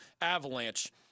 Avalanche